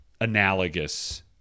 analogous